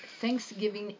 Thanksgiving